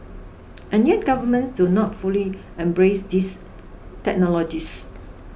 and yet governments do not fully embrace these technologies